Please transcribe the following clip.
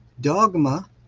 dogma